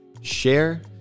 share